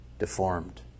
deformed